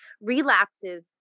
relapses